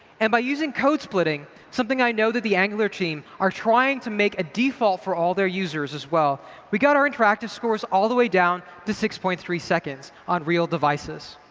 and by using code-splitting something i know that the angular team are trying to make a default for all their users as well we got our interactive scores all the way down to six point three seconds on real devices.